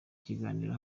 ikiganiro